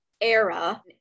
era